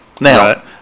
now